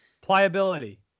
pliability